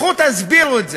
לכו תסבירו את זה.